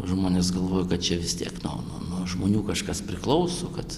žmonės galvojo kad čia vis tiek no no nuo žmonių kažkas priklauso kad